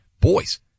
boys